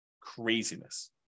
Craziness